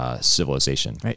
Civilization